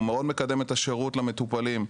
הוא מאוד מקדם את השירות למטופלים.